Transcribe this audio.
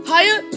Higher